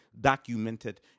documented